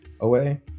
away